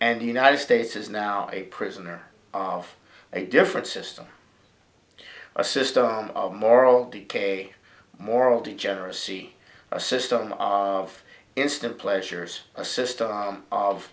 and the united states is now a prisoner of a different system a system of moral decay moral degeneracy a system of instant pleasures a system of